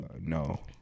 no